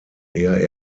ehe